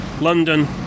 London